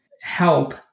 help